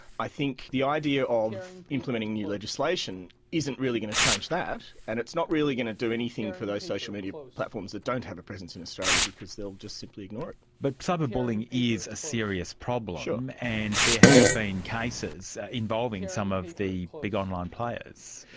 i think the idea of implementing new legislation isn't really going to change that and it's not really going to do anything for those social media platforms that don't have a presence in australia because they'll just simply ignore it. but cyber bullying is a serious problem, and there have been cases involving some of the big online players.